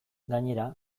gainera